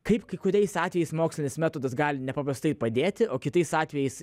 kaip kai kuriais atvejais mokslinis metodas gali nepaprastai padėti o kitais atvejais